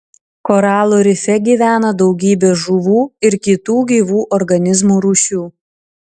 koralų rife gyvena daugybė žuvų ir kitų gyvų organizmų rūšių